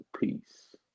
peace